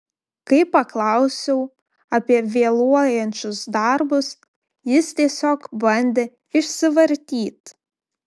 kai paklausiau apie vėluojančius darbus jis tiesiog bandė išsivartyt